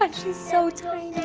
but she's so tiny.